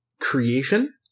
creation